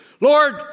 Lord